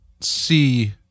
see